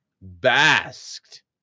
basked